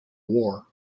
war